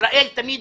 תמיד